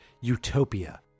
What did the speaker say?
utopia